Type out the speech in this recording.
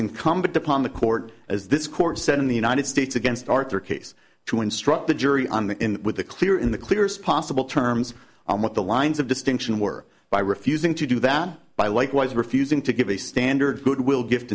incumbent upon the court as this court said in the united states against arthur case to instruct the jury on the in with the clear in the clearest possible terms on what the lines of distinction were by refusing to do that by likewise refusing to give a standard goodwill gift